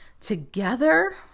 together